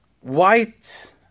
white